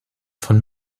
von